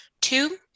Two